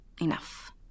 Enough